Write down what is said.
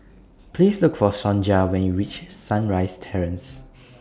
Please Look For Sonja when YOU REACH Sunrise Terrace